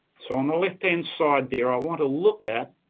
so, on the left-hand side there, i want to look at